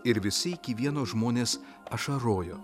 ir visi iki vieno žmonės ašarojo